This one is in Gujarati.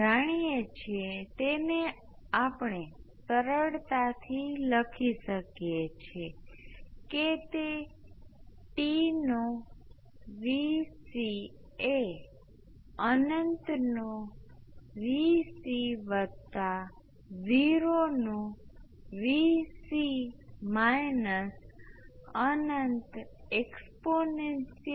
તેથી આ સમીકરણ માટે સંતુષ્ટ થવાનો એકમાત્ર રસ્તો એ છે કે હું એક સ્ટેપ લેવા માંગુ છું જેનો અર્થ છે કે I 1 નું પ્રથમ વિકલન d I 1 d t પણ ઇમ્પલ્સ છે